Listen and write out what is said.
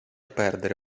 perdere